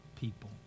people